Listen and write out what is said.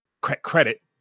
credit